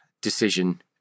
decision